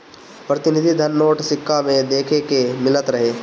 प्रतिनिधि धन नोट, सिक्का में देखे के मिलत रहे